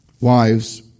Wives